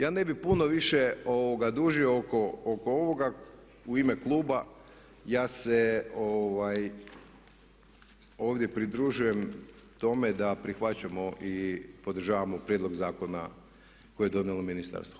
Ja ne bih puno više dužio oko ovoga u ime Kluba, ja se ovdje pridružujem tome da prihvaćamo i podržavamo prijedlog zakona koje je donijelo ministarstvo.